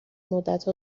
مدتها